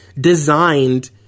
designed